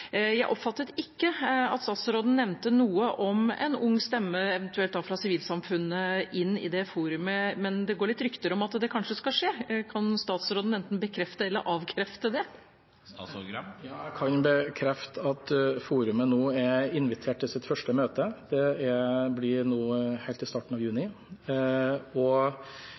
Jeg oppfattet ikke at statsråden nevnte noe om en ung stemme – eventuelt da fra sivilsamfunnet – inn i det forumet, men det går litt rykter om at det kanskje skal skje. Kan statsråden enten bekrefte eller avkrefte det? Ja, jeg kan bekrefte at forumet nå er invitert til sitt første møte. Det blir nå helt i starten av juni. Og